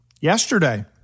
yesterday